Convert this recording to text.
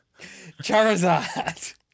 Charizard